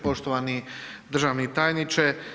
Poštovani državni tajniče.